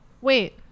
wait